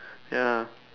ya